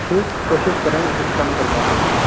ٹھیک کوشش کریں گے کچھ کم کروا دیں گے